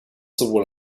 sowohl